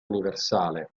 universale